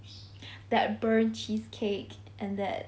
that burnt cheesecake and that